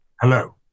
Hello